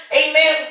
amen